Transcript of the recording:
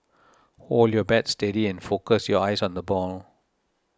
hold your bat steady and focus your eyes on the ball